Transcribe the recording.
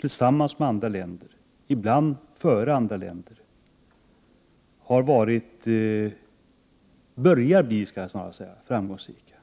tillsammans med andra länder, ibland före andra länder, börjar bli framgångsrika.